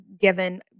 given